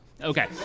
okay